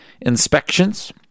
inspections